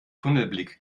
tunnelblick